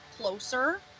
closer